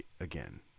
again